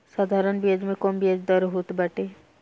साधारण बियाज में कम बियाज दर होत बाटे